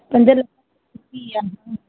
पंज